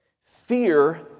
Fear